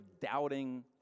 doubting